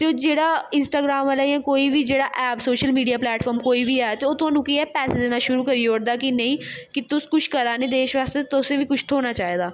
ते ओह् जेह्ड़ा इंस्टाग्राम आह्ला जां कोई बी जेह्ड़ा ऐप सोशल मीडिया प्लैटफार्म कोई बी ऐ ओह् तोहानूं केह् ऐ कि पैसे देना शुरू करी ओड़दा ऐ कि नेईं कि तुस कुछ करा दे देश बास्तै तुसें गी बी कुछ थ्होना चाहिदा